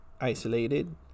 isolated